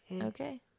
Okay